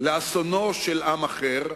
לאסונו של עם אחר.